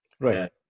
Right